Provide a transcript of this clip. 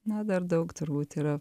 na dar daug turbūt yra